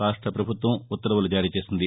రాష్ట్ర ప్రభుత్వం ఉత్తర్వులు జారీ చేసింది